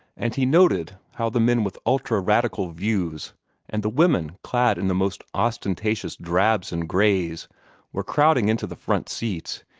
and he noted how the men with ultra radical views and the women clad in the most ostentatious drabs and grays were crowding into the front seats,